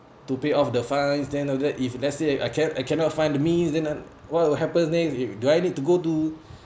to pay off the fine then after that if let's say I can't I cannot find the means then what will happen next do I need to go to